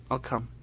i'll come.